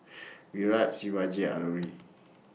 Virat Shivaji and Alluri